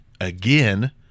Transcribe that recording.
again